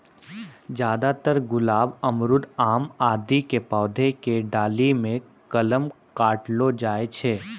ज्यादातर गुलाब, अमरूद, आम आदि के पौधा के डाली मॅ कलम काटलो जाय छै